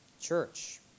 church